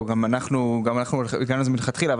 גם אנחנו הגענו לזה מלכתחילה,